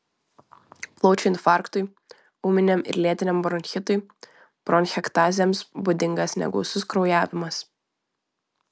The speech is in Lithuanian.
plaučių infarktui ūminiam ir lėtiniam bronchitui bronchektazėms būdingas negausus kraujavimas